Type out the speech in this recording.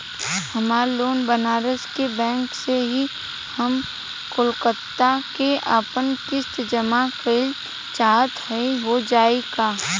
हमार लोन बनारस के बैंक से ह हम कलकत्ता से आपन किस्त जमा कइल चाहत हई हो जाई का?